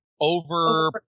over